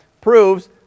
proves